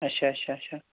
اچھا اچھا اچھا